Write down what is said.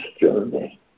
journey